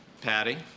Patty